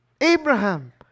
Abraham